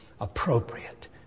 appropriate